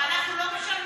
ואנחנו לא משלמים?